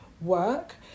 work